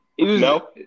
No